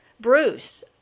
Bruce